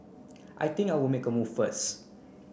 I think I'll make a move first